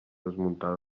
desmuntada